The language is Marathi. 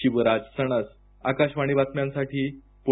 शिवराज सणस आकाशवाणी बातम्यांसाठी प्णे